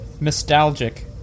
nostalgic